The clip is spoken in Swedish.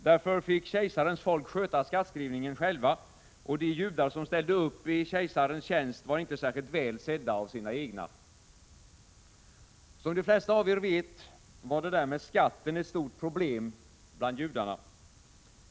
Därför fick kejsarens folk sköta skattskrivningen själva, och de judar som ställde upp i kejsarens tjänst var inte särskilt väl sedda av sina egna. Som de flesta av er vet, var det där med skatten ett stort problem bland judarna.